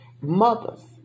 mothers